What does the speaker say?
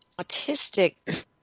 autistic